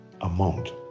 amount